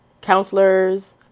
counselors